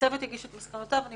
הצוות יגיש את מסקנותיו ואני